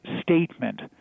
statement